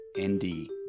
ND